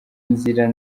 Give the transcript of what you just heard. nzira